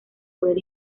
poder